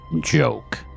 joke